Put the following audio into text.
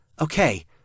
okay